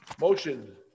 Motion